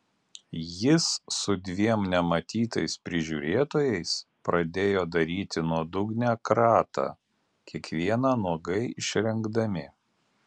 jis su dviem nematytais prižiūrėtojais pradėjo daryti nuodugnią kratą kiekvieną nuogai išrengdami